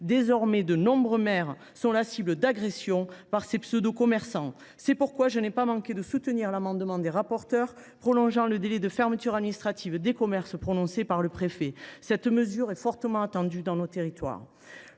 Désormais, de nombreux maires sont la cible d’agressions par ces pseudo commerçants. C’est pourquoi je n’ai pas manqué de soutenir l’amendement des rapporteurs tendant à prolonger le délai de fermeture administrative des commerces prononcée par le préfet. Cette mesure est fortement attendue dans nos territoires.